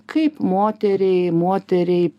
kaip moteriai moteriai